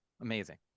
Amazing